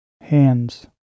hands